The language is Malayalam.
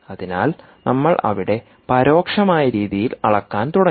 അതിനാൽ നമ്മൾ അവിടെ പരോക്ഷമായ രീതിയിൽ അളക്കാൻ തുടങ്ങി